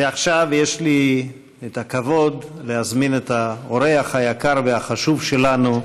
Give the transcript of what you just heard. ועכשיו יש לי הכבוד להזמין את האורח היקר והחשוב שלנו,